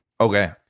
Okay